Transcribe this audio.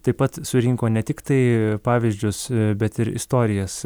taip pat surinko ne tiktai pavyzdžius bet ir istorijas